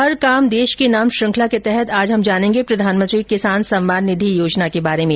हर काम देश के नाम श्रृंखला के तहत आज हम जानेंगे प्रधानमंत्री किसान सम्मान निधि योजना के बारे में